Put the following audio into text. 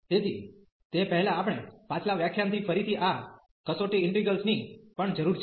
તેથી તે પહેલાં આપણે પાછલા વ્યાખ્યાનથી ફરીથી આ કસોટી ઇન્ટિગ્રેલ્સ ની પણ જરૂર છે